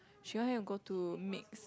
she want him go to mixed